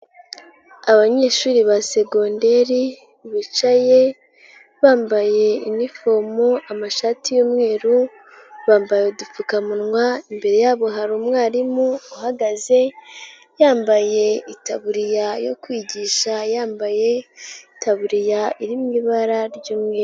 Abanyeshuri ba segonderi bicaye bambaye inifomu amashati y'umweru, bambaye udupfukamunwa. Imbere yabo hari umwarimu uhagaze yambaye itaburiya yo kwigisha, yambaye itaburiya iri mu ibara ry'umweru.